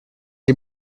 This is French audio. est